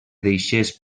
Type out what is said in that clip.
deixés